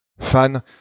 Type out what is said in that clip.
fan